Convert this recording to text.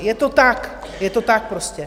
Je to tak, je to tak prostě!